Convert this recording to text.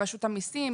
רשות המיסים,